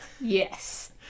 Yes